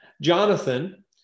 Jonathan